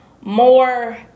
more